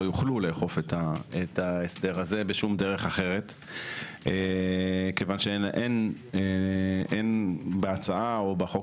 יוכלו לאכוף את ההסדר הזה בשום דרך אחרת כי אין בהצעה או בחוק